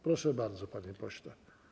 Proszę bardzo, panie pośle.